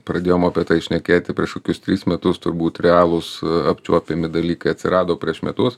pradėjom apie tai šnekėti prieš kokius tris metus turbūt realūs apčiuopiami dalykai atsirado prieš metus